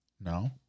No